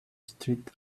street